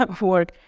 work